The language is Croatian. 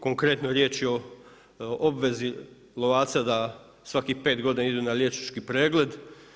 Konkretno riječ je o obvezi lovaca da svakih pet godina idu na liječnički pregled.